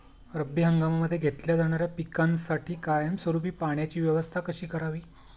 रब्बी हंगामामध्ये घेतल्या जाणाऱ्या पिकांसाठी कायमस्वरूपी पाण्याची व्यवस्था कशी करावी?